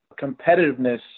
competitiveness